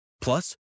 Plus